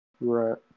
Right